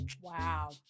Wow